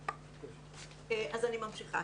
ממשיכה.